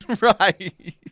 Right